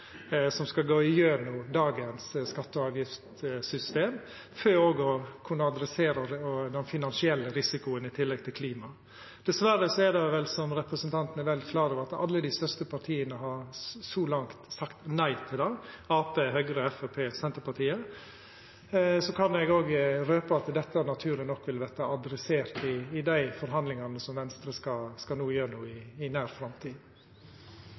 som skal gå igjennom dagens skatte- og avgiftssystem for å kunna adressera den finansielle risikoen i tillegg til klima. Diverre har, som representanten vel er klar over, alle dei største partia så langt sagt nei til det – Arbeidarpartiet, Høgre, Framstegspartiet og Senterpartiet. Så kan eg òg røpa at dette naturleg nok vil verta adressert i dei forhandlingane Venstre skal igjennom i nær framtid.